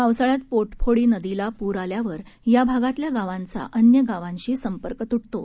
पावसाळ्यात पोटफोडी नदीला पूर आल्यावर या भागातल्या गावांचा अन्य गावांशी संपर्क तुटतो